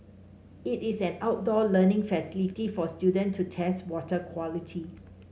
it is an outdoor learning facility for students to test water quality